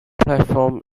platform